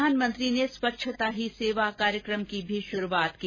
प्रधानमंत्री ने स्वच्छता ही सेवा कार्यक्रम की भी शुरूआत की